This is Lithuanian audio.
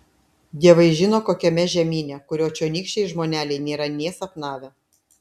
dievai žino kokiame žemyne kurio čionykščiai žmoneliai nėra nė sapnavę